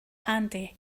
handy